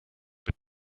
but